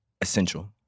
essential